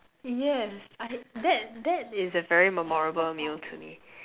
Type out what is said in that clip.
yes I that that is a very memorable meal to me